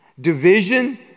Division